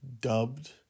dubbed